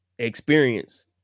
experience